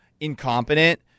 incompetent